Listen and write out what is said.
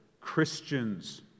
Christians